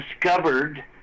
discovered